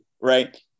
right